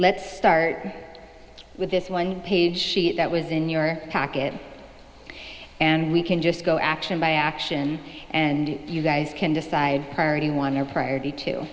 let's start with this one page that was in your pocket and we can just go action by action and you guys can decide party wanted priority to